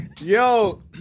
Yo